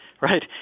right